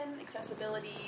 accessibility